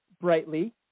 brightly